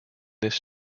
this